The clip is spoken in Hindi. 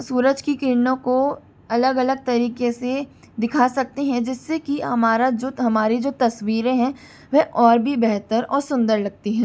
सूरज की किरणों को अलग अलग तरीके से दिखा सकते हैं जिस्से कि हमारा जो हमारी जो तस्वीरें हैं वह और भी बेहतर और सुंदर लगती हैं